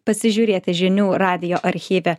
pasižiūrėti žinių radijo archyve